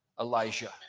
Elijah